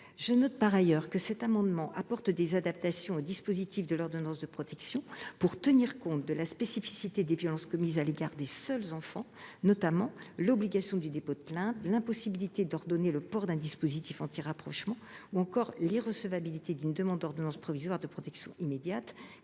Je note, par ailleurs, que l’amendement apporte des adaptations au dispositif de l’ordonnance de protection pour tenir compte de la spécificité des violences commises à l’égard des seuls enfants. Je pense en particulier à l’obligation du dépôt de plainte, à l’impossibilité d’ordonner le port d’un bracelet antirapprochement, ou encore à l’irrecevabilité d’une demande d’ordonnance provisoire de protection immédiate,